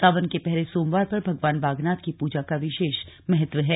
सावन के पहले सोमवार पर भगवान बागनाथ की पूजा का विशेष महत्व है